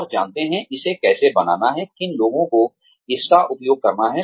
और जानते हैं इसे कैसे बनाना है किन लोगों को इसका उपयोग करना है